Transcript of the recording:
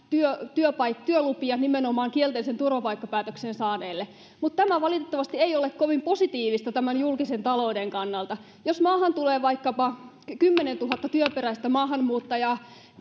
työlupia nimenomaan kielteisen turvapaikkapäätöksen saaneille mutta tämä valitettavasti ei ole kovin positiivista julkisen talouden kannalta jos maahan tulee vaikkapa kymmenentuhatta työikäistä maahanmuuttajaa